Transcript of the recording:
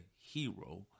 hero